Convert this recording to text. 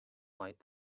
might